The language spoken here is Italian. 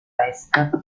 est